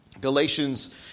Galatians